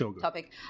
Topic